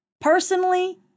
personally